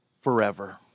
forever